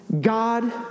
God